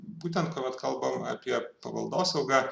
būtent kuomet kalbam apie paveldosaugą